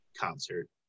concert